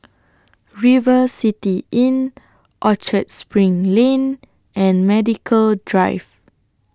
River City Inn Orchard SPRING Lane and Medical Drive